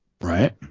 Right